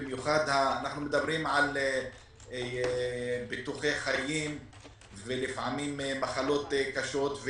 במיוחד אנחנו מדברים על ביטוחי חיים ולפעמים מחלות קשות.